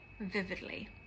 vividly